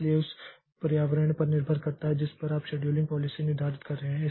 इसलिए उस पर्यावरण पर निर्भर करता है जिस पर आप एक शेड्यूलिंग पॉलिसी निर्धारित कर रहे हैं